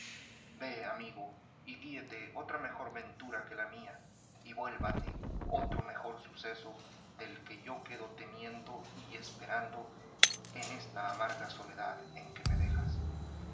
ve amigo y guíete otra mejor ventura que la mía y vuélvate otro mejor suceso del que yo quedo temiendo y esperando en esta amarga soledad en que me dejas